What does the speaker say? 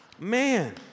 Man